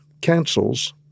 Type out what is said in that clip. cancels